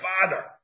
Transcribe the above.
father